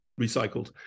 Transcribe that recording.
recycled